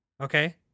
Okay